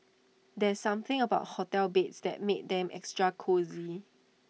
there's something about hotel beds that makes them extra cosy